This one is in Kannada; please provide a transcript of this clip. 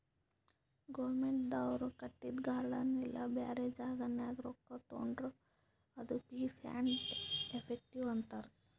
ಗೌರ್ಮೆಂಟ್ದವ್ರು ಕಟ್ಟಿದು ಗಾರ್ಡನ್ ಇಲ್ಲಾ ಬ್ಯಾರೆ ಜಾಗನಾಗ್ ರೊಕ್ಕಾ ತೊಂಡುರ್ ಅದು ಫೀಸ್ ಆ್ಯಂಡ್ ಎಫೆಕ್ಟಿವ್ ಅಂತಾರ್